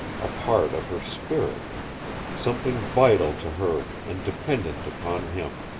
a part of her spirit something vital to her and dependent upon him.